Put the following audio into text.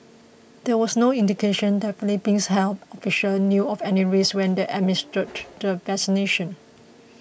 there was no indication that Philippines health officials knew of any risks when they administered the vaccination